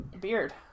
Beard